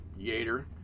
Yater